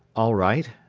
all right,